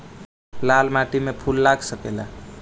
लाल माटी में फूल लाग सकेला?